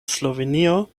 slovenio